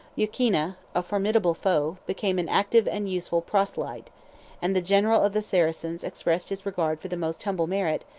youkinna, a formidable foe, became an active and useful proselyte and the general of the saracens expressed his regard for the most humble merit,